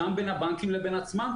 גם בין הבנקים לבין עצמם,